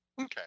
Okay